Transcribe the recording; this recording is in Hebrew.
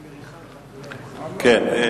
כן.